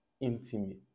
intimate